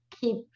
keep